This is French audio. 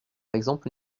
exemple